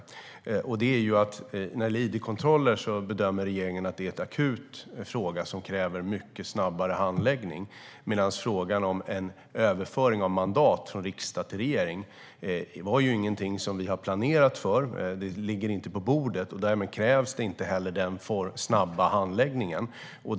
Skillnaden är att när det gäller id-kontroller bedömer regeringen att det är en akut fråga som kräver mycket snabbare handläggning, medan frågan om en överföring av mandat från riksdag till regering inte är någonting som vi har planerat för. Det ligger inte på bordet, och därmed krävs inte heller snabb handläggning.